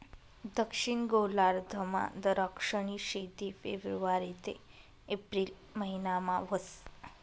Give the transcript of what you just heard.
दक्षिण गोलार्धमा दराक्षनी शेती फेब्रुवारी ते एप्रिल महिनामा व्हस